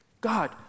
God